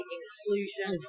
inclusion